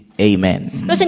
Amen